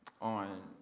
on